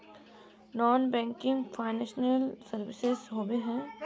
Non banking financial services होबे है?